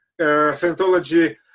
Scientology